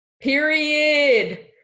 Period